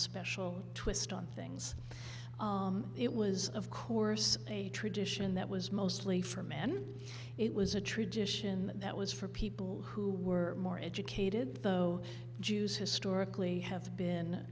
special twist on things it was of course a tradition that was mostly for men it was a tradition that was for people who were more educated though jews historically have been